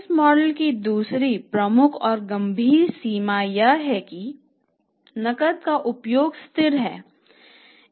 इस मॉडल की दूसरी प्रमुख और गंभीर सीमा यह है कि नकद का उपयोग स्थिर है